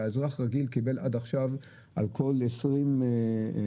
אלא אזרח רגיל קיבל עד עכשיו - על כל 20 נסיעות,